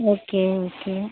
okay okay